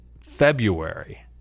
February